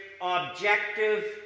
objective